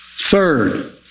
Third